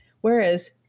whereas